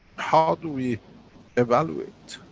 how do we evaluate?